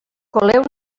coleu